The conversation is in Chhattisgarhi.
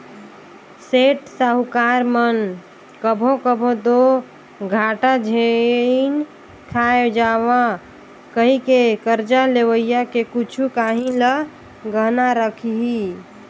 सेठ, साहूकार मन कभों कभों दो घाटा झेइन खाए जांव कहिके करजा लेवइया के कुछु काहीं ल गहना रखहीं